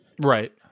Right